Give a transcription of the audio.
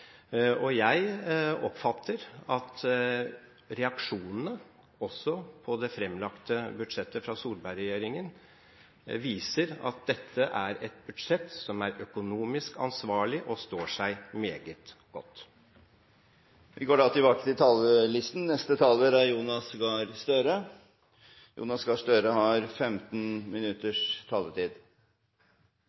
grunn. Jeg oppfatter også at reaksjonene på det fremlagte budsjettet fra Solberg-regjeringen viser at dette er et budsjett som er økonomisk ansvarlig og står seg meget godt. Replikkordskiftet er